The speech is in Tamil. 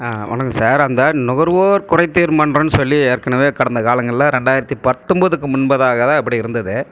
வணக்கம் சார் அந்த நுகர்வோர் குறைதீர் மன்றம் சொல்லி ஏற்கனவே கடந்த காலங்களில் ரெண்டாயிரத்து பத்தொன்பதுக்கு முன்னதாக தான் இப்படி இருந்தது